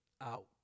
out